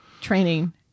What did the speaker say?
training